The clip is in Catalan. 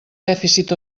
dèficit